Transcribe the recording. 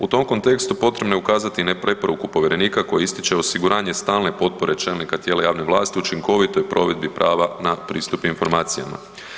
U tom kontekstu potrebno je ukazati na preporuku povjerenika koji ističe osiguranje stalne potpore čelnika tijela javne vlasti u učinkovitoj provedbi prava na pristup informacijama.